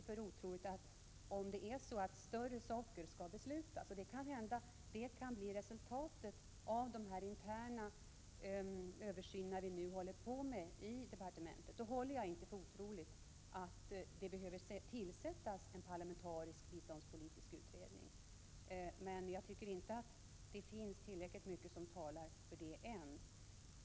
Men om man skulle besluta om större saker, och det kan bli resultatet av den interna översyn som vi nu håller på med i departementet, håller jag inte för otroligt att det behöver tillsättas en parlamentarisk biståndspolitisk utredning. Men jag tycker inte att det finns tillräckligt mycket som talar för det än.